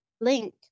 link